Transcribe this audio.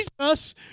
Jesus